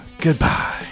Goodbye